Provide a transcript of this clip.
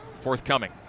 Forthcoming